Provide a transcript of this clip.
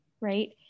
right